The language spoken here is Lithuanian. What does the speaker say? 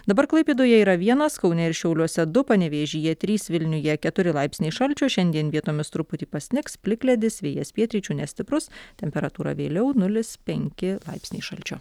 dabar klaipėdoje yra vienas kaune ir šiauliuose du panevėžyje trys vilniuje keturi laipsniai šalčio šiandien vietomis truputį pasnigs plikledis vėjas pietryčių nestiprus temperatūra vėliau nulis penki laipsniai šalčio